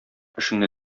эшеңне